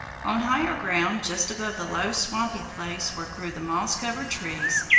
on higher ground, just above the low swampy place where grew the moss-covered trees,